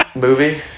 movie